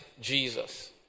Jesus